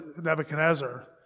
Nebuchadnezzar